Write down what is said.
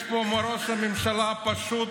יש פה ראש ממשלה פשוט,